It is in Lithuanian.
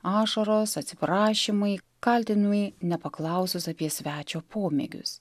ašaros atsiprašymai kaltinimai nepaklausus apie svečio pomėgius